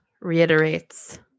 reiterates